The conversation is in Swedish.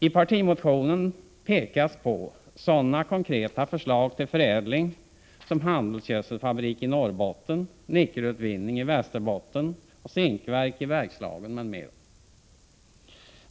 I partimotionen pekas på sådana konkreta förslag till förädling som handelsgödselfabrik i Norrbotten, nickelutvinning i Västerbotten, zinkverk till Bergslagen m.m.